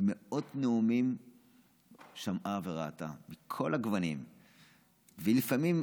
היא שמעה וראתה מאות נאומים מכל הגוונים,